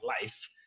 life